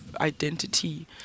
identity